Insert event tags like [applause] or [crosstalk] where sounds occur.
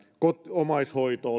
omaishoito [unintelligible]